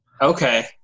Okay